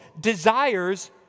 desires